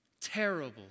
Terrible